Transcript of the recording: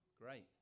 Great